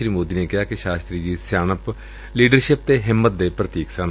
ਸ੍ਰੀ ਮੌਦੀ ਨੇ ਕਿਹਾ ਕਿ ਸ਼ਾਸਤਰੀ ਜੀ ਸਿਆਣਪ ਲੀਡਰਸ਼ਿਪ ਅਤੇ ਹਿੰਮਤ ਦੇ ਪ੍ਰਤੀਕ ਸਨ